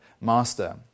master